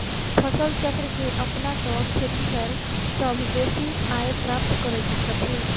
फसल चक्र के अपना क खेतिहर सभ बेसी आय प्राप्त करैत छथि